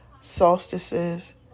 solstices